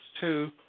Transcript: two